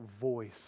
voice